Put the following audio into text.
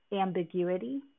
ambiguity